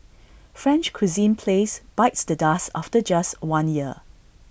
French cuisine place bites the dust after just one year